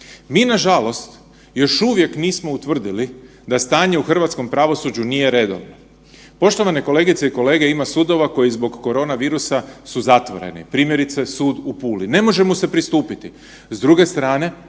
Mi nažalost još uvijek nismo utvrdili da stanje u hrvatskom pravosuđu nije redovno. Poštovane kolegice i kolege, ima sudova koji zbog koronavirusa su zatvoreni, primjerice sud u Puli. Ne može mu se pristupiti.